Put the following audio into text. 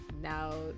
now